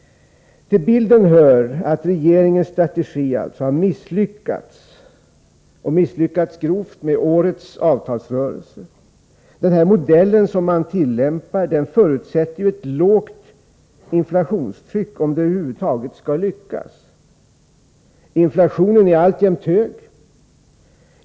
Till bilden hör att regeringens strategi har misslyckats och misslyckats grovt i och med årets avtalsrörelse. Den modell som man tillämpar förutsätter ett lågt inflationstryck, om man över huvud taget skall kunna lyckas. Inflationen är alltjämt hög.